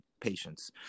patients